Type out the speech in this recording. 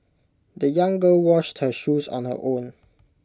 the young girl washed her shoes on her own